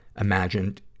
imagined